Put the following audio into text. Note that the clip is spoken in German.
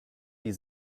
die